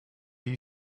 you